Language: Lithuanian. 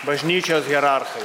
bažnyčios hierarchai